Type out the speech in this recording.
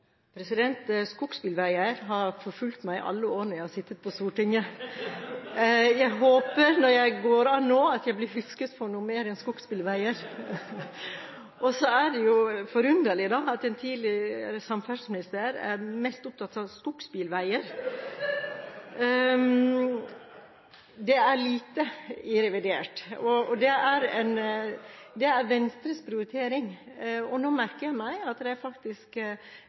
Skogsbilveier har forfulgt meg alle de årene jeg har sittet på Stortinget! Jeg håper, når jeg går av nå, at jeg blir husket for noe mer enn skogsbilveier. Og så er det jo forunderlig da, at en tidligere samferdselsminister er mest opptatt av skogsbilveier. Det er lite i revidert – det er Venstres prioritering, og nå merker jeg meg at det er faktisk